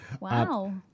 Wow